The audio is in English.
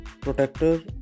protector